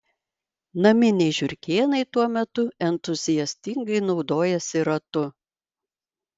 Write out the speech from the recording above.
naminiai žiurkėnai tuo metu entuziastingai naudojasi ratu